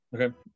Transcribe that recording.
Okay